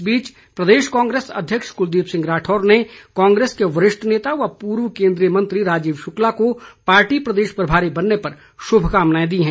इस बीच प्रदेश कांग्रेस अध्यक्ष कुलदीप राठौर ने कांग्रेस के वरिष्ठ नेता व पूर्व केन्द्रीय मंत्री राजीव शुक्ला को पार्टी प्रदेश प्रभारी बनने पर शुभकामनाएं दी है